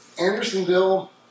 Andersonville